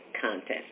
Contest